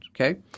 okay